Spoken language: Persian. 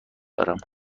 دارم